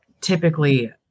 typically